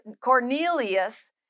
Cornelius